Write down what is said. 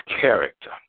character